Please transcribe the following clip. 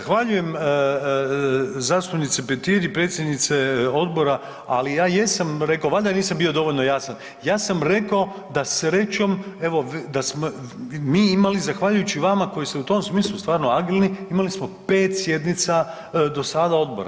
Zahvaljujem zastupnice Petir i predsjednice odbora, ali ja jesam rekao, valjda nisam bio dovoljno jasan, ja sam rekao da srećom evo da smo mi imali zahvaljujući vama koji ste u tom smislu stvarno agilni, imali smo 5 sjednica do sada odbora.